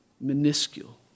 minuscule